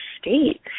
state